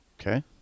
Okay